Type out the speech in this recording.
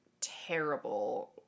terrible